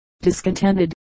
discontented